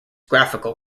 graphical